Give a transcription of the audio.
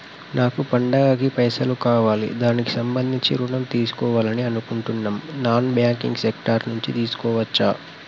నాకు పండగ కి పైసలు కావాలి దానికి సంబంధించి ఋణం తీసుకోవాలని అనుకుంటున్నం నాన్ బ్యాంకింగ్ సెక్టార్ నుంచి తీసుకోవచ్చా?